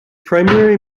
primary